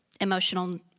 emotional